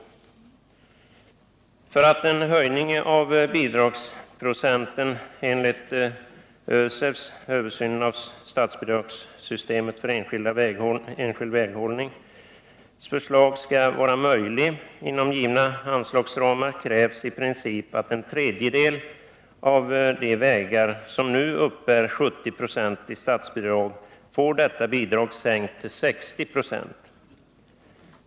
För att en höjning av bidragsprocenten enligt ÖSEV:s — översynen av statsbidragen för enskild väghållning — förslag skall vara möjlig inom givna anslagsramar krävs i princip att en tredjedel av de vägar som nu uppbär 70 96 i statsbidrag får detta bidrag sänkt till 60 96.